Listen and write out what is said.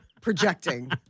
projecting